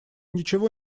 ничего